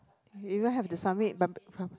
even have to submit